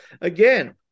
again